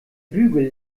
bügel